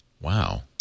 Wow